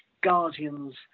guardians